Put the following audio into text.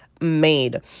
made